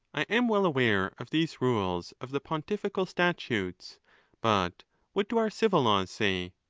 i am well aware of these rules of the pontifical statutes but what do our civil laws say?